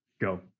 go